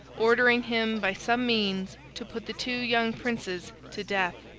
ordering him by some means to put the two young princes to death.